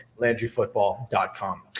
LandryFootball.com